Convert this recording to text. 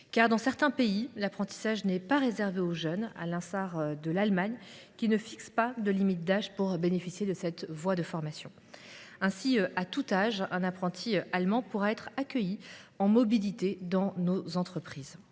dans certains pays, l’apprentissage n’est pas réservé aux jeunes, à l’instar de ce qui se passe en Allemagne, où il n’existe pas de limite d’âge pour bénéficier de cette voie de formation. Ainsi à tout âge, un apprenti allemand pourra être accueilli en mobilité dans nos entreprises.